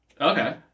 Okay